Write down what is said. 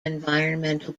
environmental